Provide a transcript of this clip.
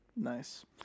Nice